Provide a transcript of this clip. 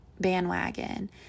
bandwagon